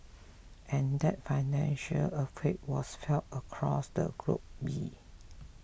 and that financial earthquake was felt across the globe